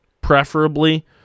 preferably